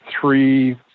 three